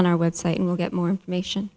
our website and we'll get more information